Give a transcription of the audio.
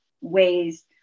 ways